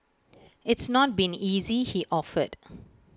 it's not been easy he offered